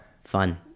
fun